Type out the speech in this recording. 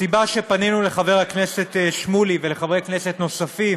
הסיבה שפנינו לחבר הכנסת שמולי ולחברי כנסת נוספים